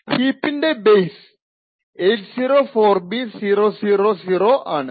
ഹീപ്പിൻറെ base 804b000 ആണ്